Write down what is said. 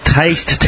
taste